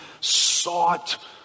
sought